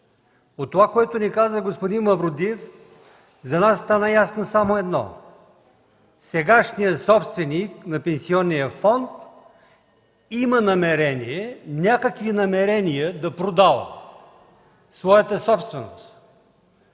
От това, което ни каза господин Мавродиев, за нас стана ясно само едно – сегашният собственик на пенсионния фонд има някакви намерения да продава своята собственост